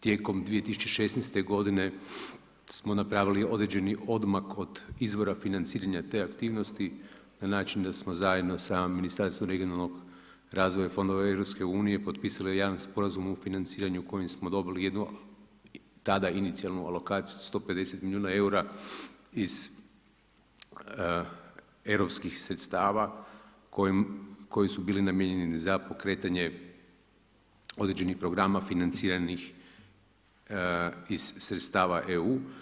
Tijekom 2016. g. smo napravili određeni odmak od izvora financiranja te aktivnosti, na način da smo zajedno sa Ministarstvom regionalnog razvoja i fondova EU potpisali jedan od sporazuma o financiranju u kojem smo dobili jednu tada inicijalnu alokaciju od 150 milijuna eura iz europskih sredstava koji su bili namijenjeni za pokretanje određenih programa financiranja iz sredstava EU.